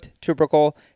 tubercle